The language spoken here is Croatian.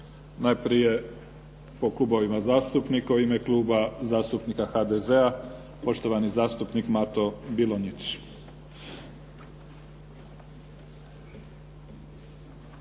Najprije po klubovima zastupnika. U ime Kluba zastupnika HDZ-a, poštovani zastupnik Mato Bilonjić.